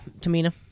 Tamina